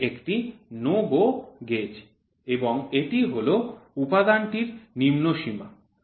এটি একটি NO GO gauge এবং এটি হল উপাদানটির নিম্ন সীমা